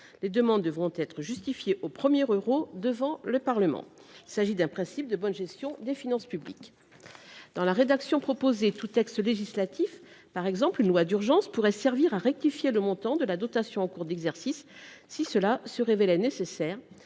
Les demandes devront être justifiées au premier euro devant le Parlement. Il s’agit d’un principe de bonne gestion des finances publiques. Dans la rédaction proposée, tout texte législatif, par exemple une loi d’urgence, pourra rectifier si nécessaire le montant de la dotation en cours d’exercice, même si le dépôt